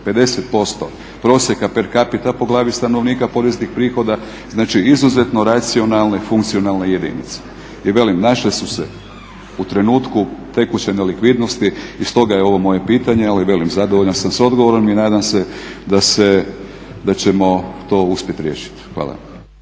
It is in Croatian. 50% prosjeka per capita po glavi stanovnika poreznih prihoda. Znači izuzetno racionalna, funkcionalna jedinica. I velim, našle su se u trenutku tekuće nelakvidnosti i stoga je ovo moje pitanje ali velim, zadovoljan sam sa odgovorom i nadam se da ćemo to uspjeti riješiti. Hvala.